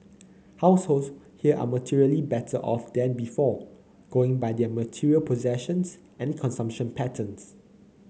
households here are materially better off than before going by their material possessions and consumption patterns